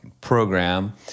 program